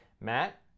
Matt